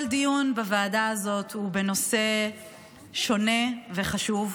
כל דיון בוועדה הזאת הוא בנושא שונה וחשוב,